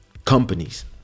companies